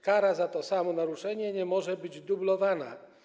Kara za to samo naruszenie nie może być dublowana.